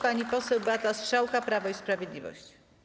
Pani poseł Beata Strzałka, Prawo i Sprawiedliwość.